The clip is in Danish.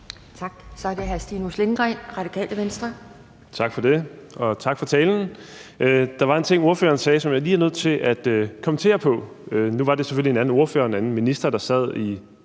Kl. 12:38 Stinus Lindgreen (RV): Tak for det, og tak for talen. Der var en ting, som ordføreren sagde, som jeg lige er nødt til at kommentere på. Nu var det selvfølgelig en anden ordfører og en anden minister, der sad i